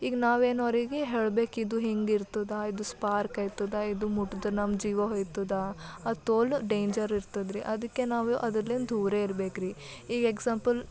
ಈಗ ನಾವೇನು ಅವ್ರಿಗೆ ಹೇಳಬೇಕಿದು ಹಿಂಗೆ ಇರ್ತದೆ ಇದು ಸ್ಪಾರ್ಕ್ ಆಗ್ತದೆ ಇದು ಮುಟ್ಟಿದ್ರೆ ನಮ್ಮ ಜೀವ ಹೋಗ್ತದ ಅದು ತೋಲ್ ಡೇಂಜರ್ ಇರ್ತದ್ರಿ ಅದಕ್ಕೆ ನಾವು ಅದರಿಂದ ದೂರ ಇರಬೇಕ್ರಿ ಈಗ ಎಕ್ಸಾಂಪಲ್